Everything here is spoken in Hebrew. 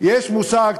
יש מושג,